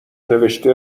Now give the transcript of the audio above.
نوشته